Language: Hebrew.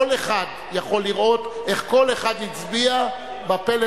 כל אחד יכול לראות איך כל אחד הצביע בפלט